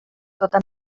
tota